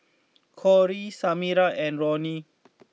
Cory Samira and Ronny